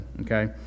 okay